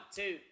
two